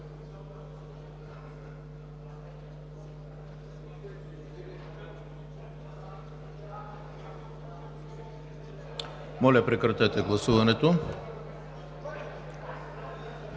Моля, прекратете гласуването.